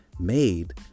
made